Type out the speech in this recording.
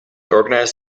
organizes